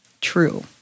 True